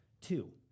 Two